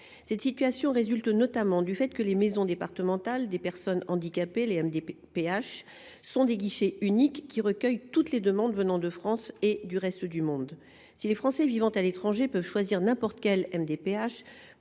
Cette situation résulte notamment du fait que les maisons départementales des personnes handicapées (MDPH) sont des guichets uniques recueillant toutes les demandes, qu’elles viennent de France ou du reste du monde. Si les Français vivant à l’étranger peuvent choisir n’importe quelle MDPH